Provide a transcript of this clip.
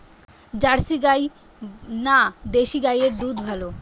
Jersey গাই না দেশী গাইয়ের দুধ ভালো?